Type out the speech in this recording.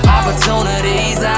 Opportunities